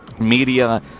Media